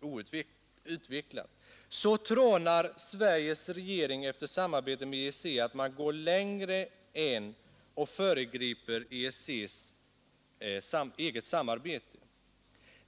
outvecklat. Så trånar Sveriges regering efter samarbete med EEC att man går längre än och föregriper EEC:s eget samarbete.